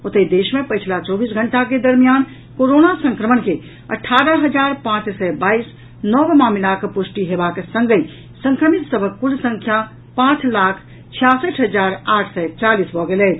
ओतहि देश मे पछिला चौबीस घंटा के दरमियान कोरोना संक्रमण के अठारह हजार पांच सय बाईस नव मामिलाक पुष्टि हेबाक संगहि संक्रमित सभक कुल संख्या पांच लाख छियासठि हजार आठ सय चालीस भऽ गेल अछि